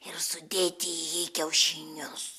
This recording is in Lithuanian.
ir sudėti į jį kiaušinius